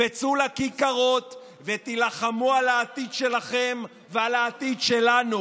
צאו לכיכרות ותילחמו על העתיד שלכם ועל העתיד שלנו,